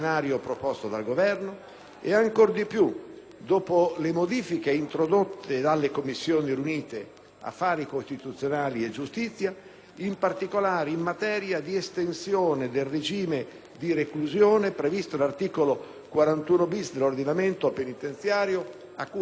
dopo le modifiche introdotte dalle Commissioni riunite affari costituzionali e giustizia, in particolare in materia di estensione del regime di reclusione previsto all'articolo 41-*bis* dell'ordinamento penitenziario a cui ha fatto prima riferimento il presidente Vizzini,